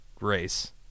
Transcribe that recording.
race